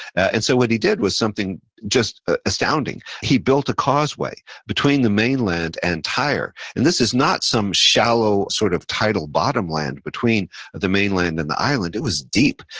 and so, what he did was something just astounding. he built a causeway between the mainland and tyre. and this is not some shallow sort of tidal bottom land between the mainland and the island, it was deep.